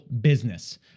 business